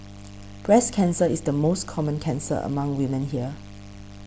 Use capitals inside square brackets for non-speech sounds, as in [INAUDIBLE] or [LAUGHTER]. [NOISE] breast cancer is the most common cancer among women here